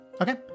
Okay